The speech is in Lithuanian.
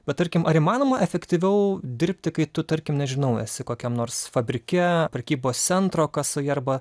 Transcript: bet tarkim ar įmanoma efektyviau dirbti kai tu tarkim nežinau esi kokiam nors fabrike prekybos centro kasoje arba